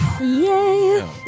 yay